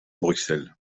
bruxelles